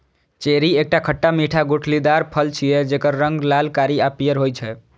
cherry एकटा खट्टा मीठा गुठलीदार फल छियै, जेकर रंग लाल, कारी आ पीयर होइ छै